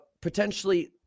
potentially